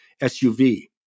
SUV